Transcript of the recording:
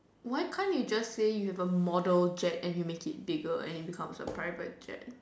why can't you just say you have a model jet and you make it bigger and it becomes a firefighter jet